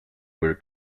were